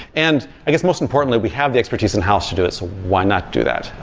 and i guess, most importantly, we have the expertise in-house to do it, so why not do that?